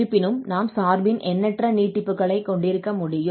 இருப்பினும் நாம் சார்பின் எண்ணற்ற நீட்டிப்புகளை கொண்டிருக்க முடியும்